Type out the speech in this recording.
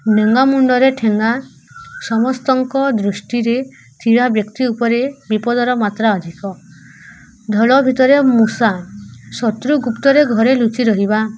ଡେଙ୍ଗାମୁଣ୍ଡରେ ଠେଙ୍ଗା ସମସ୍ତଙ୍କ ଦୃଷ୍ଟିରେ ଥିବା ବ୍ୟକ୍ତି ଉପରେ ବିପଦର ମାତ୍ରା ଅଧିକ ଢଳ ଭିତରେ ମୂଷା ଶତ୍ରୁ ଗୁପ୍ତରେ ଘରେ ଲୁଚି ରହିବା